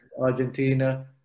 Argentina